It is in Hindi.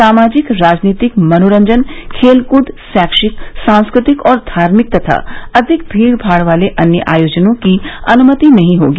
सामाजिक राजनीतिक मनोरंजन खेलकूद शैक्षिक सांस्कृतिक और धार्मिक तथा अधिक भीड़ भाड़ वाले अन्य आयोजनों की अनुमति नहीं होगी